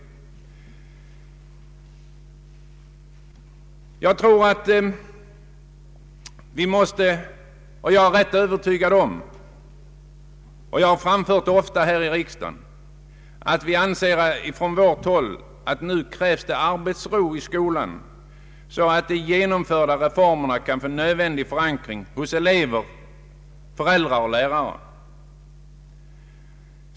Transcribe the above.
Jag är övertygad om — och jag har framhållit det ofta här i riksdagen — att det nu krävs arbetsro i skolan, så att de genomförda reformerna kan få nödvändig förankring hos elever, föräldrar och lärare.